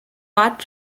bath